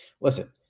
listen